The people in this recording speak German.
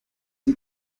die